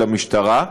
של המשטרה.